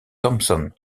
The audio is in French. thompson